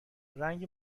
رنگ